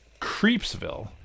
Creepsville